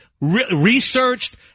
researched